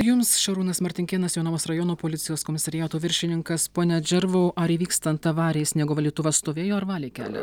jums šarūnas martinkėnas jonavos rajono policijos komisariato viršininkas pone džervau ar įvykstant avarijai sniego valytuvas stovėjo ar valė kelią